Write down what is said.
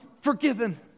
forgiven